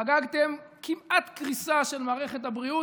חגגתם כמעט קריסה של מערכת הבריאות,